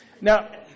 Now